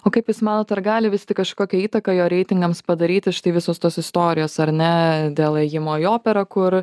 o kaip jūs manot ar gali vis tik kažkokią įtaką jo reitingams padaryti štai visos tos istorijos ar ne dėl ėjimo į operą kur